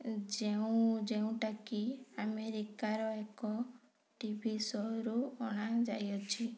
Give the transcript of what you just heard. ଯେଉଁ ଯେଉଁଟାକି ଆମେରିକାର ଏକ ଟିଭି ଶୋରୁ ଅଣାଯାଇଅଛି